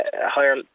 higher